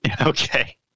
Okay